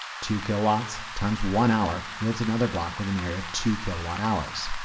two kilowatts times one-hour, yields another block with an area of two kilowatt hours.